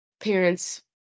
parents